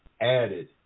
added